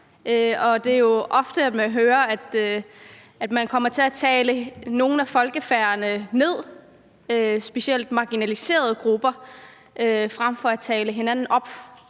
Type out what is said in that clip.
det er ofte sådan, at man hører, at nogen kommer til at tale nogle af folkefærdene ned, specielt marginaliserede grupper, frem for at tale hinanden op.